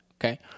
Okay